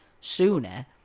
sooner